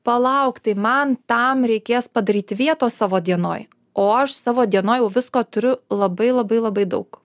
palauk tai man tam reikės padaryti vietos savo dienoj o aš savo dienoj jau visko turiu labai labai labai daug